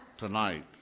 Tonight